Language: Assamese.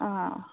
অ'